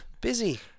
Busy